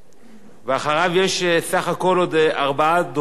אחריו יש בסך הכול עוד ארבעה דוברים רשומים: